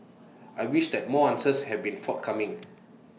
I wish that more answers have been forthcoming